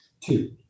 Two